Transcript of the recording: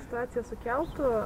situaciją su keltu